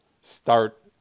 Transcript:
start